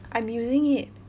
I'm using it